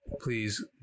please